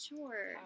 Sure